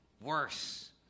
worse